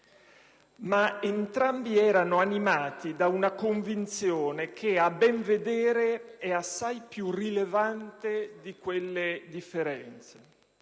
Entrambi erano però animati da una convinzione, che, a ben vedere, è assai più rilevante di quelle differenze;